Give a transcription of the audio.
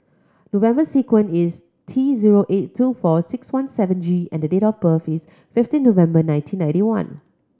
the number sequence is T zero eight two four six one seven G and the date of birth is fifteen November nineteen ninety one